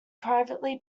privately